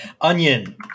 Onion